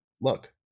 look